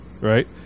Right